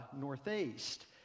Northeast